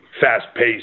fast-paced